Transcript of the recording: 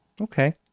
Okay